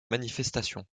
manifestations